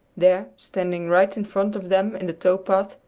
there, standing right in front of them in the tow-path,